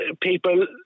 people